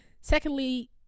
Secondly